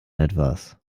etwas